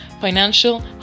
financial